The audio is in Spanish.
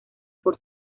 por